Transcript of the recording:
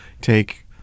take